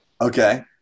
Okay